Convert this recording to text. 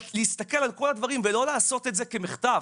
ולהסתכל על כל הדברים ולא לעשות את זה כמחטף.